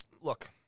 Look